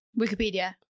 Wikipedia